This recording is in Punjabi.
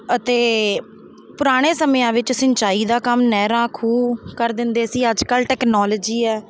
ਅਤੇ ਪੁਰਾਣੇ ਸਮਿਆਂ ਵਿੱਚ ਸਿੰਚਾਈ ਦਾ ਕੰਮ ਨਹਿਰਾਂ ਖੂਹ ਕਰ ਦਿੰਦੇ ਸੀ ਅੱਜ ਕੱਲ੍ਹ ਟੈਕਨੋਲੋਜੀ ਹੈ